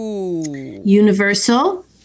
Universal